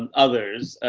and others,